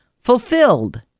fulfilled